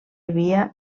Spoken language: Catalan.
havia